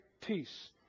peace